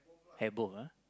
have both ah